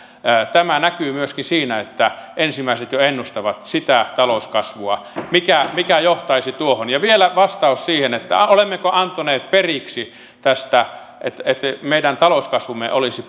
tämä näkyy myöskin siinä että ensimmäiset jo ennustavat sitä talouskasvua mikä mikä johtaisi tuohon ja vielä vastaus siihen olemmeko antaneet periksi siitä että meidän talouskasvumme olisi